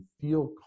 feel